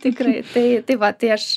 tikrai tai tai va tai aš